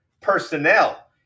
personnel